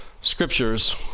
scriptures